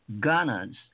Ghana's